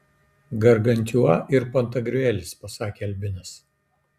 gargantiua ir pantagriuelis pasakė albinas